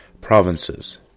provinces